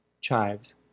chives